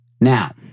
now